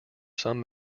some